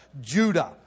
Judah